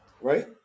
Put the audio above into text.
Right